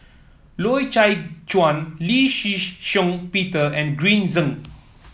Loy Chye Chuan Lee Shih Shiong Peter and Green Zeng